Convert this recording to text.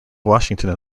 washington